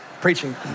preaching